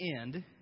end